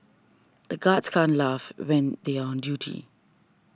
the guards can't laugh when they are on duty